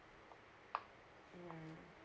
mm